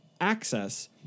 access